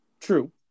True